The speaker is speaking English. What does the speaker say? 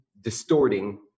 distorting